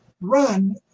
run